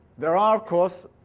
there are, of course,